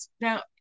now